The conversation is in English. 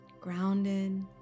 grounded